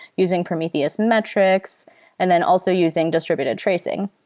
using prometheus metrics and then also using distributed tracing.